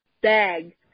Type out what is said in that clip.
bag